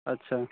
अच्छा